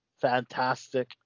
fantastic